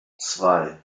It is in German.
zwei